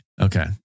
Okay